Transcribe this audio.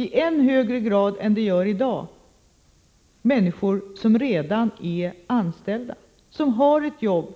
I än högre grad än i dag kommer denna att gälla människor som redan är anställda och har ett jobb,